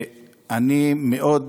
אני מאוד